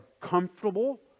comfortable